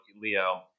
Leo